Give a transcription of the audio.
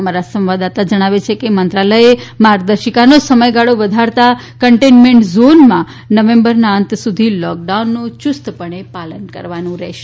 અમારા સંવાદદાતા જણાવે છે કે મંત્રાલયે માર્ગદર્શિકાનો સમયગાળો વધારાતા કન્ટેમેન્ટ ઝોનમાં નવેંબરના અંત સુધી લોકડાઉનનું યુસ્તપણે પાલન કરવાનું રહેશે